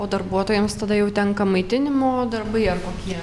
o darbuotojams tada jau tenka maitinimo darbai ar kokie